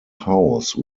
house